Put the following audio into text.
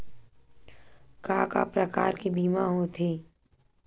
का का प्रकार के बीमा होथे?